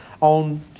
On